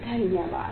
धन्यवाद